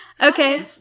Okay